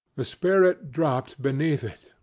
the spirit dropped beneath it,